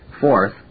Fourth